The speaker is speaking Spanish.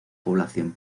población